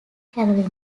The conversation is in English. carolina